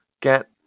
get